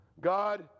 God